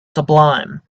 sublime